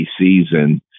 season